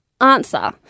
answer